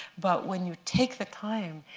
but when you take the time,